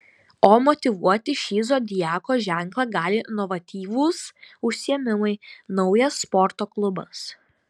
o motyvuoti šį zodiako ženklą gali inovatyvūs užsiėmimai naujas sporto klubas